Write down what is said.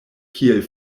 kiel